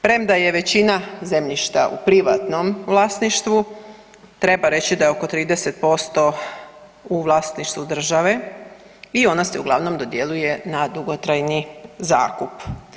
Premda je većina zemljišta u privatnom vlasništvu, treba reći da je oko 30% u vlasništvu države i ona se uglavnom dodjeljuje na dugotrajni zakup.